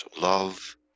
love